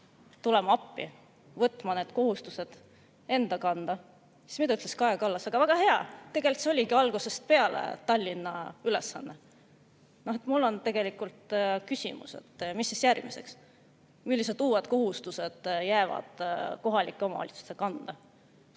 tulema ja võtma need kohustused enda kanda, siis mida ütles Kaja Kallas? "Aga väga hea, tegelikult see oligi algusest peale Tallinna ülesanne."Mul on küsimus, et mis siis järgmiseks. Millised uued kohustused jäävad kohalike omavalitsuste kanda?